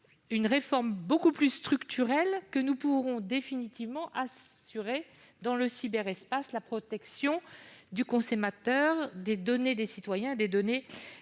une réforme beaucoup plus structurelle que nous pourrons définitivement assurer, dans le cyberespace, la protection du consommateur et des données des citoyens et des